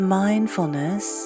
mindfulness